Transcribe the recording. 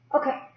okay